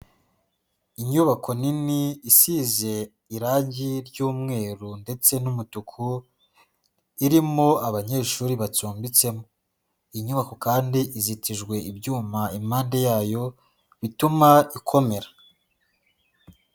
Inyubako nini isize irangi ry'umweru ndetse n'umutuku irimo abanyeshuri bacumbitsemo. Iyi nyubako kandi izitijwe ibyuma impande yayo bituma ikomera.